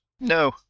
No